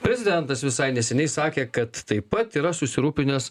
prezidentas visai neseniai sakė kad taip pat yra susirūpinęs